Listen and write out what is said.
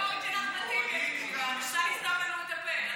את מנסה לסתום לנו את הפה.